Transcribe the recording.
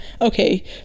Okay